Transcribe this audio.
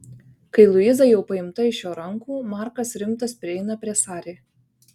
kai luiza jau paimta iš jo rankų markas rimtas prieina prie sari